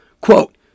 Quote